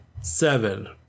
Seven